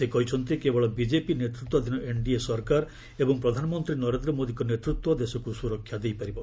ସେ କହିଛନ୍ତି କେବଳ ବିଜେପି ନେତୃତ୍ୱାଧୀନ ଏନ୍ଡିଏ ସରକାର ଏବଂ ପ୍ରଧାନମନ୍ତ୍ରୀ ନରେନ୍ଦ୍ର ମୋଦିଙ୍କ ନେତୃତ୍ୱ ଦେଶକୁ ସୁରକ୍ଷା ଦେଇ ପାରିବ